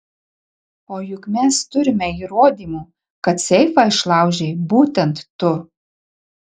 o juk mes turime įrodymų kad seifą išlaužei būtent tu